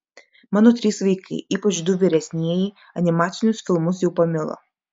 mano trys vaikai ypač du vyresnieji animacinius filmus jau pamilo